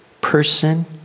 person